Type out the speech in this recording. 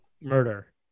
murder